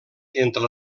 entre